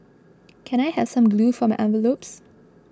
can I have some glue for my envelopes